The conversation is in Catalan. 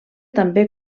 també